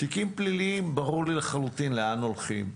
תיקים פליליים ברור לי לחלוטין לאן הם הולכים,